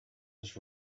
was